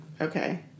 Okay